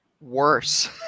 worse